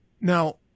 Now